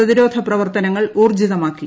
പ്രതിരോധ പ്രവർത്തനങ്ങൾ ഊർജ്ജിതമാക്കി